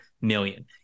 million